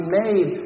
made